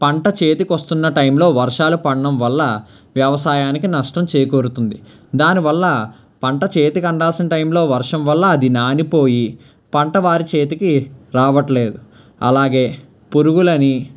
పంట చేతికొస్తున్న టైంలో వర్షాలు పడడం వల్ల వ్యవసాయానికి నష్టం చేకూరుతుంది దానివల్ల పంట చేతికి అందాల్సిన టైంలో వర్షం వల్ల అది నానిపోయి పంట వారి చేతికి రావట్లేదు అలాగే పురుగులని